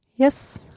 Yes